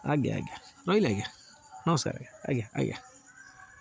ଆଜ୍ଞା ଆଜ୍ଞା ରହିଲି ଆଜ୍ଞା ନମସ୍କାର ଆଜ୍ଞା ଆଜ୍ଞା ଆଜ୍ଞା